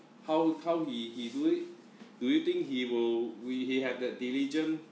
how how he he do it do you think he will we have the diligent